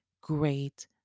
great